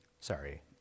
Sorry